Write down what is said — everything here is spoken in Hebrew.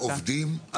אבל עובדים על משהו?